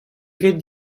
graet